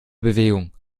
bewegung